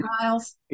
Miles